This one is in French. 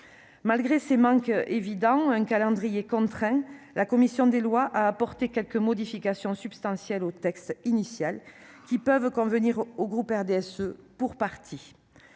Malgré ces manques évidents et un calendrier contraint, la commission des lois a apporté quelques modifications substantielles au texte initial qui peuvent, pour partie,